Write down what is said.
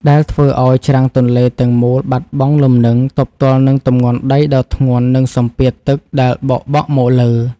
ដែលធ្វើឱ្យច្រាំងទន្លេទាំងមូលបាត់បង់លំនឹងទប់ទល់នឹងទម្ងន់ដីដ៏ធ្ងន់ និងសម្ពាធទឹកដែលបោកបក់មកលើ។